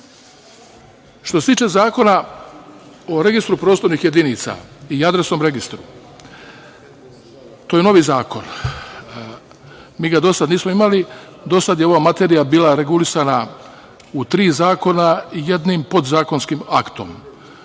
se tiče Zakona o Registru prostornih jedinica i Adresnom registru, to je novi zakon. Mi ga do sada nismo imali. Do sada je ova materija bila regulisana u tri zakona i jednim podzakonskim aktom.